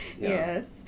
Yes